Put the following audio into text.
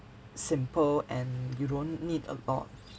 simple and you don't need a lot